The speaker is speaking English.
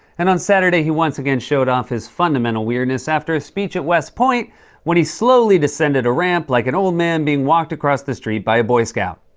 and on saturday, he once again showed off his fundamental weirdness after a speech at west point when he slowly descended a ramp like an old man being walked across the street by a boy scout.